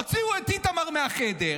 הוציאו את איתמר מהחדר,